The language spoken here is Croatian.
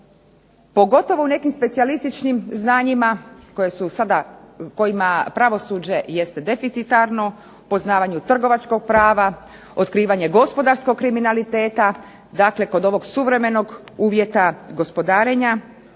pogotovo u nekim specijalističnim znanjima kojima pravosuđe jest deficitarno poznavanju trgovačkog prava, otkrivanje gospodarskog kriminaliteta. Dakle, kod ovog suvremenog uvjeta gospodarenja,